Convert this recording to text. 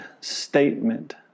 statement